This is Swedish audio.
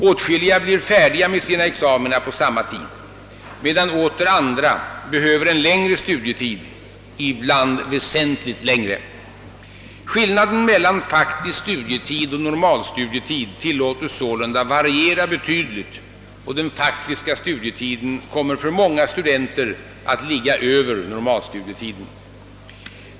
Åtskilliga blir färdiga med sina examina på samma tid, medan åter andra behöver en längre studietid — ibland väsentligt längre. Skillnaden mellan faktisk studietid och normalstudietid tillåtes sålunda variera betydligt, och den faktiska studietiden kommer för många studenter att ligga över normalstudietiden.